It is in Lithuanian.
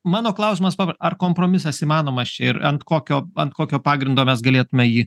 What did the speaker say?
mano klausimas ar kompromisas įmanomas čia ir ant kokio ant kokio pagrindo mes galėtume jį